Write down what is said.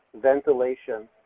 ventilation